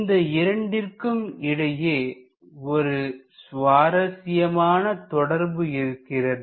இந்த இரண்டிற்கும் இடையே ஒரு சுவாரஸ்யமான தொடர்பு இருக்கிறது